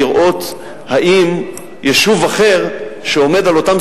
אני צריך לראות אם יישוב אחר שעומד באותם